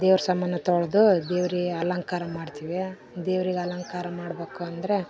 ದೇವ್ರ ಸಾಮಾನು ತೊಳೆದು ದೇವರಿಗೆ ಅಲಂಕಾರ ಮಾಡ್ತೀವಿ ದೇವ್ರಿಗೆ ಅಲಂಕಾರ ಮಾಡ್ಬೇಕು ಅಂದರೆ